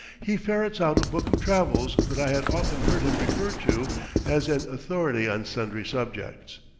he ferrets out a book of travels that i had often heard him refer to as an authority on sundry subjects.